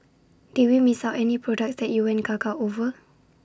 did we miss out any products that you went gaga over